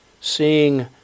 seeing